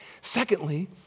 Secondly